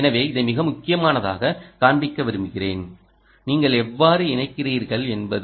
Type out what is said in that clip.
எனவே இதை மிக முக்கியமானதாகக் காண்பிக்க விரும்புகிறேன்நீங்கள் எவ்வாறு இணைக்கிறீர்கள் என்பது